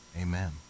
amen